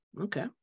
Okay